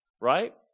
right